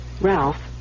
Ralph